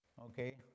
Okay